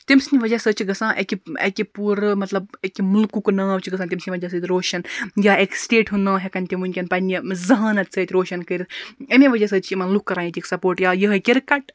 تٔمۍ سٕنٛدۍ وجہ سۭتۍ چھُ گژھان اَکہِ اَکہِ پوٗرٕ مطلب اَکہِ مُلکُک ناو چھُ گژھان تَمہِ سٕنٛد وجہ سۭتۍ روشَن یا اَکہِ سِٹیٹ ہُند ناو ہیٚکَن تِم ونکیٚن پَنٕنہِ زَہانَت سۭتۍ روشَن کٔرِتھ اَمے وجہ سۭتۍ چھُ یِمن لُکھ کران ییٚتِکۍ سَپوٹ یا یِہوے کِرکَٹ